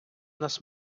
нас